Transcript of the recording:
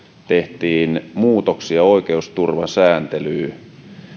tehtiin muutoksia oikeusturvan sääntelyyn